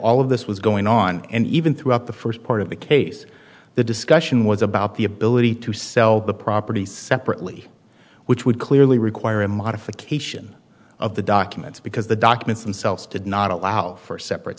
all of this was going on and even throughout the first part of the case the discussion was about the ability to sell the property separately which would clearly require a modification of the documents because the documents themselves did not allow for separate